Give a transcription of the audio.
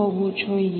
હોવું જોઈએ